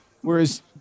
Whereas